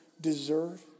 deserve